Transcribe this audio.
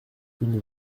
une